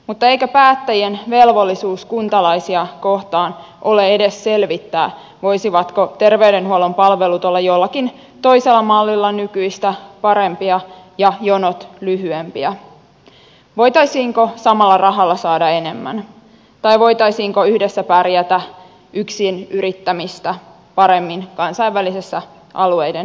mutta eikö päättäjien velvollisuus kuntalaisia kohtaan ole edes selvittää voisivatko terveydenhuollon palvelut olla jollakin toisella mallilla nykyistä parempia ja jonot lyhyempiä voitaisiinko samalla rahalla saada enemmän tai voitaisiinko yhdessä pärjätä yksin yrittämistä paremmin kansainvälisessä alueiden kilpailussa